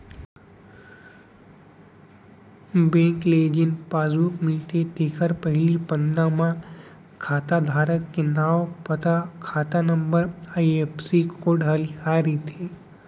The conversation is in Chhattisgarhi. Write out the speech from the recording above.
बेंक ले जेन पासबुक मिलथे तेखर पहिली पन्ना म खाता धारक के नांव, पता, खाता नंबर, आई.एफ.एस.सी कोड ह लिखाए रथे